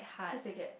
cause they get